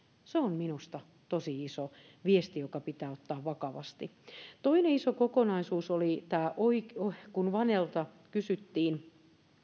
se on minusta tosi iso viesti joka pitää ottaa vakavasti toinen iso kokonaisuus kun vanelta kysyttiin